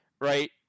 right